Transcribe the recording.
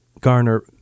garner